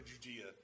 Judea